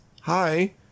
Hi